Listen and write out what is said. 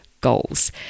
goals